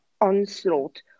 onslaught